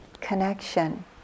Connection